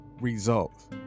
results